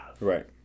Right